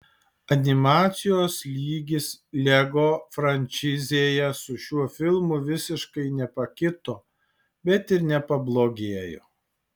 animacijos lygis lego frančizėje su šiuo filmu visiškai nepakito bet ir nepablogėjo